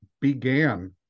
began